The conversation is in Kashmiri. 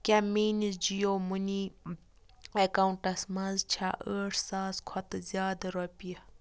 کیٛاہ میٛٲنِس جِیو مٔنی اَکاونٛٹَس منٛز چھا ٲٹھ ساس کھۄتہٕ زِیادٕ رۄپیہِ